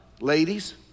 ladies